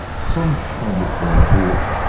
some kind of hope.